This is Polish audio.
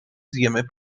zjemy